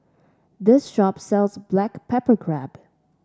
this shop sells Black Pepper Crab